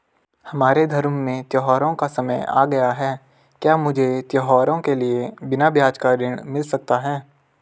हमारे धर्म में त्योंहारो का समय आ गया है क्या मुझे त्योहारों के लिए बिना ब्याज का ऋण मिल सकता है?